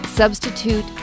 Substitute